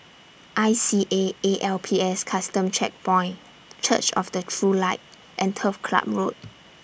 I C A A L P S Custom Checkpoint Church of The True Light and Turf Ciub Road